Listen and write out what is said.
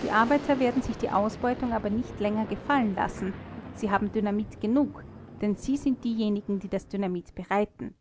die arbeiter werden sich die ausbeutung aber nicht länger gefallen lassen sie haben dynamit genug denn sie sind diejenigen die das dynamit bereiten